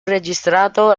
registrato